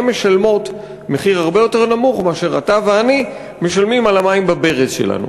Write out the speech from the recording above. הן משלמות מחיר הרבה יותר נמוך מאשר אתה ואני משלמים על המים בברז שלנו.